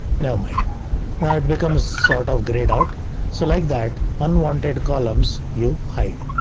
now my now it becomes sort of grayed out so like that unwanted columns you hide